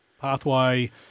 Pathway